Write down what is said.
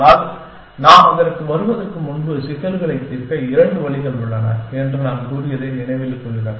ஆனால் நாம் அதற்கு வருவதற்கு முன்பு சிக்கல்களைத் தீர்க்க இரண்டு வழிகள் உள்ளன என்று நாம் கூறியதை நினைவில் கொள்க